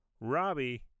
Robbie